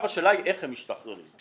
השאלה איך הם ישתחררו,